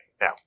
Now